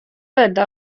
öelda